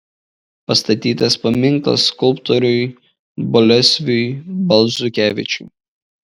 pastatytas paminklas skulptoriui boleslovui balzukevičiui